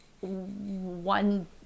one